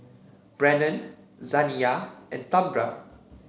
Brennon Zaniyah and Tambra